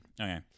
Okay